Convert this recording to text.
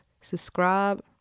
subscribe